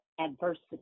adversity